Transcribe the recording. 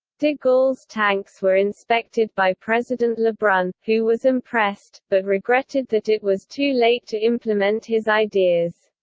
de gaulle's tanks were inspected by president lebrun, who was impressed, but regretted that it was too late to implement his ideas.